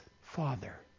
father